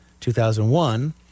2001